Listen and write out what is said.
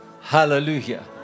hallelujah